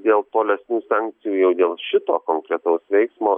dėl tolesnių sankcijų jau dėl šito konkretaus veiksmo